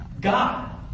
God